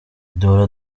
duhora